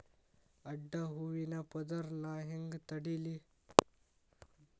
ಅಡ್ಡ ಹೂವಿನ ಪದರ್ ನಾ ಹೆಂಗ್ ತಡಿಲಿ?